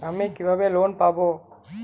আমি কিভাবে লোন পাব?